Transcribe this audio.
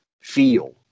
feel